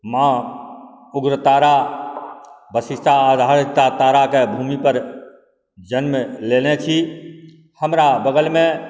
माँ उग्रतारा वशिता आधारिता ताराके भूमिपर जन्म लेने छी हमरा बगलमे